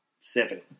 seven